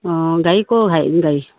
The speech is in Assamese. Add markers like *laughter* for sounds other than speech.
অঁ গাড়ী ক'ৰ *unintelligible*